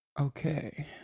Okay